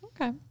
Okay